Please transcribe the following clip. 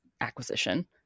acquisition